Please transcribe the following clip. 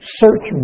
search